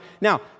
Now